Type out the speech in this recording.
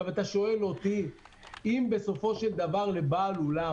אם בסופו של דבר בעל אולם